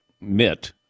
MIT